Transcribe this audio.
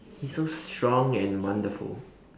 he's so strong and wonderful